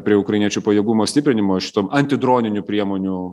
prie ukrainiečių pajėgumo stiprinimo šitom antidroninių priemonių